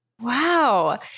Wow